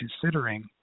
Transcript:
considering